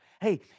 Hey